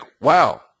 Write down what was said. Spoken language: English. wow